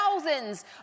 thousands